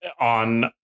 on